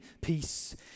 peace